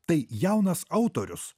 tai jaunas autorius